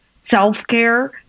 self-care